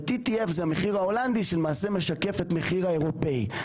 ו-TTF המחיר ההולנדי שלמעשה משקף את המחיר האירופאי.